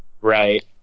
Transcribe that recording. Right